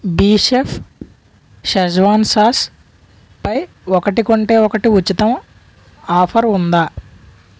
Bechef Schezwan సాస్పై ఒకటి కొంటే ఒకటి ఉచితం ఆఫరు ఉందా